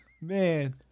Man